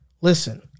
listen